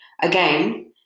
Again